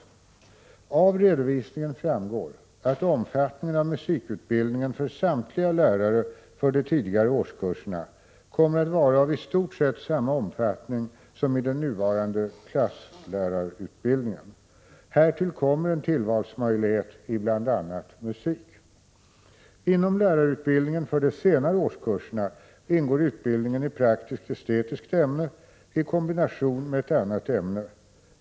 22 maj 1987 Av redovisningen framgår att omfattningen av musikutbildningen för samtliga lärare för de tidigare årskurserna kommer att vara av i stort sett samma omfattning som i den nuvarande klasslärarutbildningen. Härtill kommer en tillvalsmöjlighet i bl.a. musik. Inom lärarutbildningen för de senare årskurserna ingår utbildning i praktisk-estetiskt ämne i kombination med ett annat ämne.